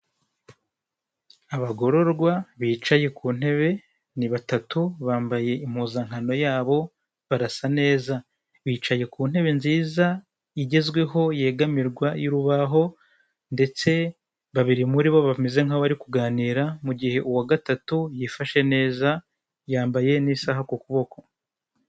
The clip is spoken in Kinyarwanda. Abagororwa bicaye ku ntebe ni batatu bambaye impuzankano yabo barasa neza bicaye ku ntebe nziza igezweho yegamirwa y'urubaho ndetse babiri muri bo bameze nkaho bari kuganira mugihe uwa gatatu yifashe neza yambaye n'isaha ku kuboko.